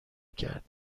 کرد